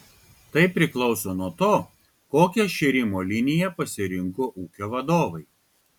tai priklauso nuo to kokią šėrimo liniją pasirinko ūkio vadovai